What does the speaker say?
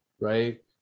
right